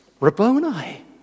Rabboni